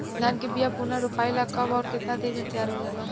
धान के बिया पुनः रोपाई ला कब और केतना दिन में तैयार होजाला?